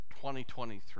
2023